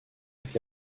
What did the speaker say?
avec